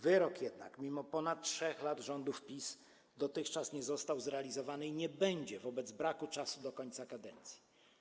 Wyrok jednak mimo ponad 3 lat rządów PiS dotychczas nie został zrealizowany i nie będzie wobec braku czasu zrealizowany do końca kadencji.